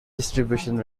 distribution